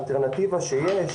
האלטרנטיבה שיש,